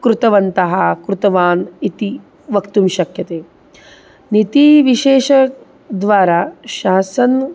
कृतवन्तः कृतवान् इति वक्तुं शक्यते नीतिविशेषद्वारा शासनं